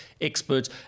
experts